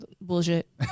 bullshit